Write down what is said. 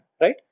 right